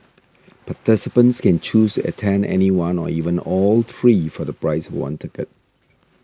participants can choose attend any one or even all three for the price of one ticket